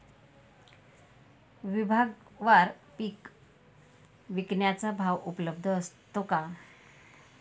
विभागवार पीक विकण्याचा भाव उपलब्ध असतो का?